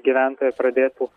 gyventojai pradėtų